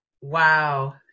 Wow